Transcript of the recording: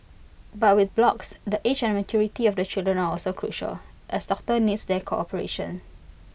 but with blocks the age and maturity of the children are also crucial as doctor needs their cooperation